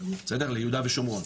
ליהודה ושומרון.